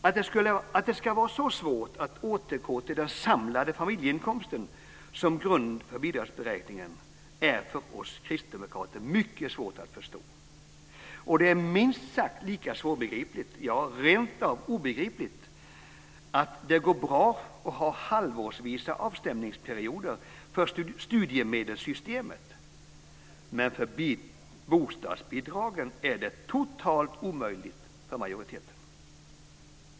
Att det ska vara så svårt att återgå till den samlade familjeinkomsten som grund för bidragsberäkningen är för oss kristdemokrater mycket svårt att förstå. Och det är minst sagt lika svårbegripligt, ja rentav obegripligt, att det går bra att ha halvårsvisa avstämningsperioder för studiemedelssystemet, men för bostadsbidragen är det totalt omöjligt för majoriteten.